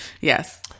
Yes